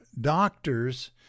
doctors